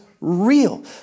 real